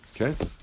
Okay